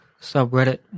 subreddit